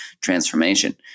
transformation